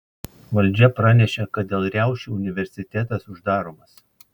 valdžia pranešė kad dėl riaušių universitetas uždaromas